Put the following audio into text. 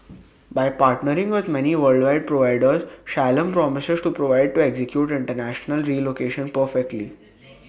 by partnering with many worldwide providers Shalom promises to provide to execute International relocation perfectly